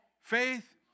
Faith